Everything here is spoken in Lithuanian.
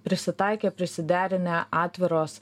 prisitaikę prisiderinę atviros